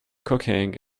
cooking